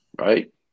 Right